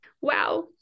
wow